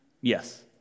Yes